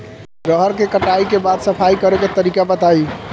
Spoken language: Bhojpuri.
रहर के कटाई के बाद सफाई करेके तरीका बताइ?